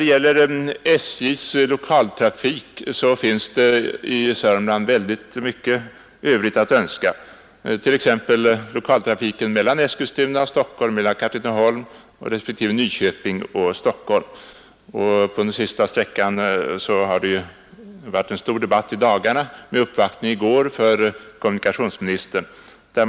I fråga om SJ:s lokaltrafik är det mycket övrigt att önska i Södermanland, t.ex. beträffande lokaltrafiken mellan Eskilstuna och Stockholm och mellan Katrineholm respektive Nyköping och Stockholm. Trafiken på sistnämnda sträcka har i dagarna varit föremål för en stor debatt, och i går uppvaktades kommunikationsministern i det ärendet.